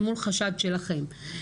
אל מול חשד שלכם,